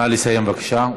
נא לסיים, בבקשה.